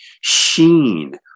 sheen